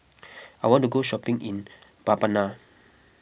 I want to go shopping in Mbabana